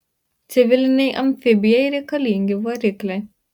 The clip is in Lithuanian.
civilinei amfibijai reikalingi varikliai